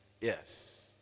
yes